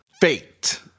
fate